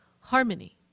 harmony